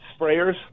sprayers